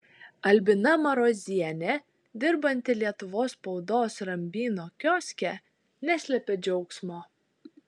albina marozienė dirbanti lietuvos spaudos rambyno kioske neslėpė džiaugsmo